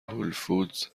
هولفودز